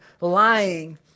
lying